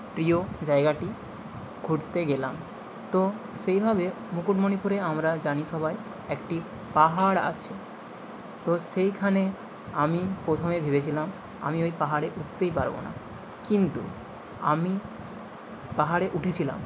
প্রিয় জায়গাটি ঘুরতে গেলাম তো সেইভাবে মুকুটমণিপুরে আমরা জানি সবাই একটি পাহাড় আছে তো সেইখানে আমি প্রথমে ভেবেছিলাম আমি ওই পাহাড়ে উঠতেই পারব না কিন্তু আমি পাহাড়ে উঠেছিলাম